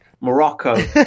Morocco